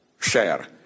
share